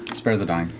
spare the dying.